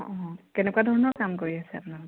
অঁ কেনেকুৱা ধৰণৰ কাম কৰি আছে আপোনালোকে